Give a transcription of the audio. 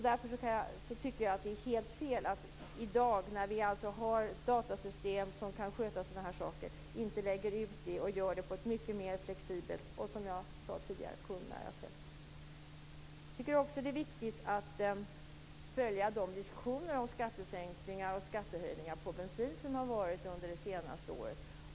Därför tycker jag att det är helt fel att vi i dag, när vi har datasystem som kan sköta sådana här saker, inte lägger ut det och gör det på ett mycket mer flexibelt och, som jag sade tidigare, kundnära sätt. Jag tycker också att det är viktigt att följa de diskussioner om skattesänkningar och skattehöjningar på bensin som har förts under det senaste året.